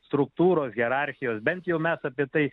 struktūros hierarchijos bent jau mes apie tai